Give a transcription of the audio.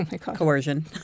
coercion